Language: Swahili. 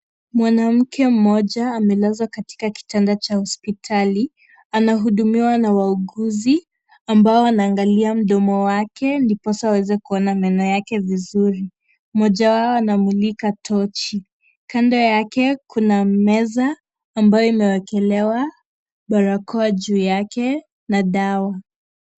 Mwanamke mmoja amelazwa katika kitanda cha hospitali, anahudumiwa na wauguzi ambao wanaangalia mdomo wake ndiposa waweze kuona meno yake vizuri , mmoja wao anamulika tochi , kando yake kuna meza ambayo imewekelewa barakoa juu yake na dawa.